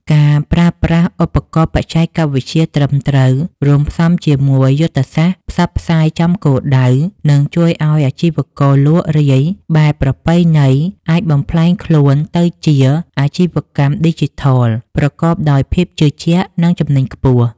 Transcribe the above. ការប្រើប្រាស់ ឧបករណ៍បច្ចេកវិទ្យា ត្រឹមត្រូវ រួមផ្សំជាមួយយុទ្ធសាស្ត្រ ផ្សព្វផ្សាយចំគោលដៅ នឹងជួយឱ្យអាជីវករលក់រាយបែបប្រពៃណីអាចបំប្លែងខ្លួនទៅជា អាជីវកម្មឌីជីថល ប្រកបដោយភាពជឿជាក់ និងចំណេញខ្ពស់។